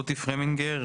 רותי פרמינגר,